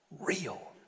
Real